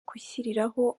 kwishyiriraho